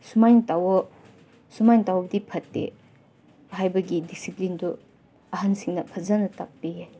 ꯁꯨꯃꯥꯏꯅ ꯇꯧꯋꯣ ꯁꯨꯃꯥꯏꯅ ꯇꯧꯕꯗꯤ ꯐꯠꯇꯦ ꯍꯥꯏꯕꯒꯤ ꯗꯤꯁꯤꯄ꯭ꯂꯤꯟꯗꯨ ꯑꯍꯟꯁꯤꯡꯅ ꯐꯖꯅ ꯇꯥꯛꯄꯤꯌꯦ